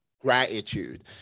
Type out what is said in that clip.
Gratitude